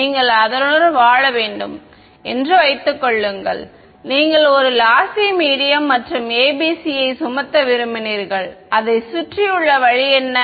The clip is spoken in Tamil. நீங்கள் அதனுடன் வாழ வேண்டும் என்று வைத்துக் கொள்ளுங்கள் நீங்கள் ஒரு லாசி மீடியம் மற்றும் ABC யை சுமத்த விரும்பினீர்கள் அதைச் சுற்றியுள்ள வழி என்ன